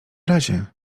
razie